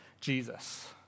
Jesus